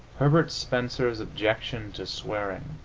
herbert spencer's objection to swearing,